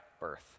birth